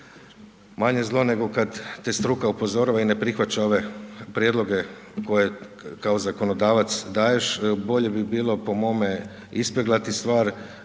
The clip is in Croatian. manje zlo nego kada te struka upozorava i ne prihvaća ove prijedloge, koje kao zakonodavac daješ, bolje bi bilo po mome, ispeglati stvar,